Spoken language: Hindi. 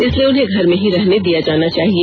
इसलिए उन्हें घर में ही रहने दिया जाना चाहिए